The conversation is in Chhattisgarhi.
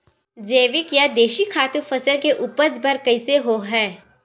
जैविक या देशी खातु फसल के उपज बर कइसे होहय?